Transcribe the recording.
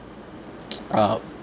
uh